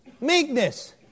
Meekness